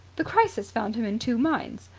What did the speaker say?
the crisis found him in two minds.